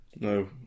No